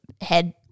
head